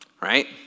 right